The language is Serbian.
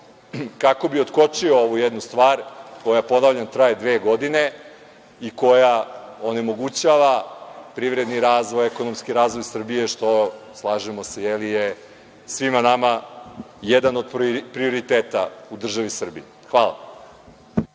kako bi otkočio ovu jednu stvar koja, ponavljam, traje dve godine i koja onemogućava privredni razvoj, ekonomski razvoj Srbije, što, slažemo se, svima nama je jedan od prioriteta u državi Srbiji. Hvala.